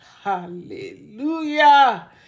Hallelujah